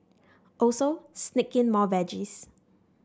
also sneak in more veggies